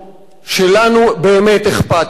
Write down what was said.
שלנו באמת אכפת מהן.